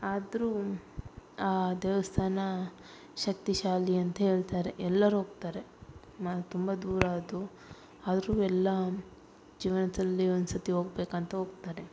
ಆದರೂ ಆ ದೇವಸ್ಥಾನ ಶಕ್ತಿಶಾಲಿ ಅಂತ ಹೇಳ್ತಾರೆ ಎಲ್ಲರು ಹೋಗ್ತಾರೆ ತುಂಬ ದೂರ ಅದು ಆದರು ಎಲ್ಲಾ ಜೀವನದಲ್ಲಿ ಒಂದು ಸರ್ತಿ ಹೋಗ್ಬೇಕು ಅಂತ ಹೋಗ್ತಾರೆ